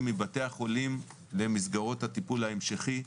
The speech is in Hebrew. מבתי החולים למסגרות הטיפול ההמשכי.